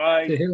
Bye